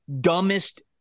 dumbest